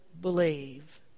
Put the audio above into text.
believe